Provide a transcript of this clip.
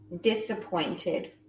disappointed